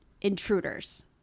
intruders